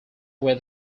were